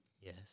Yes